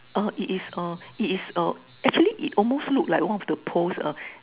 uh it is uh it is uh actually it almost look like one of the post uh